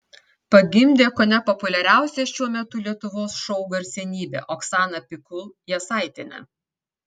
pagimdė kone populiariausia šiuo metu lietuvos šou garsenybė oksana pikul jasaitienė